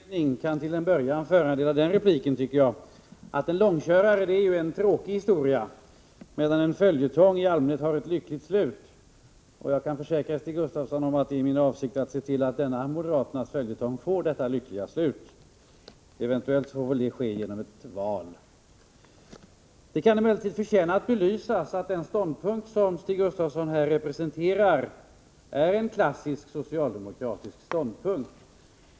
Herr talman! Stig Gustafssons inledning kan till en början föranleda den repliken, tycker jag, att en långkörare är en tråkig historia medan en följetong i allmänhet har ett lyckligt slut. Jag kan försäkra Stig Gustafsson om att det är min avsikt att se till att denna moderaternas följetong får ett lyckligt slut. Eventuellt får detta ske genom ett val. Det kan förtjäna att belysas att den ståndpunkt som Stig Gustafsson här representerar är en klassisk socialdemokratisk ståndpunkt.